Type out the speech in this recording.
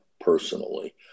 personally